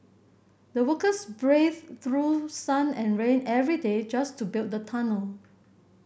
the workers braved through sun and rain every day just to build the tunnel